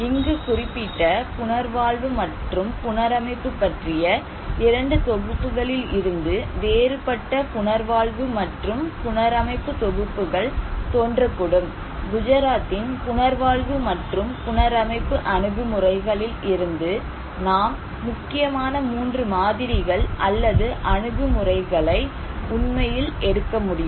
இங்கு குறிப்பிட்ட புனர்வாழ்வு மற்றும் புனரமைப்பு பற்றிய 2 தொகுப்புகளில் இருந்து வேறுபட்ட புனர்வாழ்வு மற்றும் புனரமைப்பு தொகுப்புகள் தோன்றக்கூடும் குஜராத்தின் புனர்வாழ்வு மற்றும் புனரமைப்பு அணுகுமுறைகளில் இருந்து நாம் முக்கியமான 3 மாதிரிகள் அல்லது அணுகுமுறைகளை நாம் உண்மையில் எடுக்க முடியும்